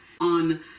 on